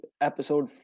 episode